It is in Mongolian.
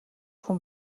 хүн